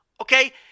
okay